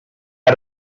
had